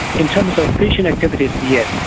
in terms of fishing activities, yes.